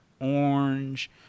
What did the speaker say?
orange